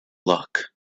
luck